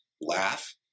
laugh